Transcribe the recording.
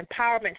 Empowerment